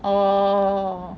orh